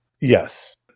Yes